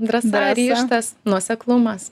drąsa ryžtas nuoseklumas